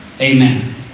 Amen